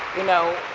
you know,